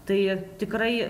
tai tikrai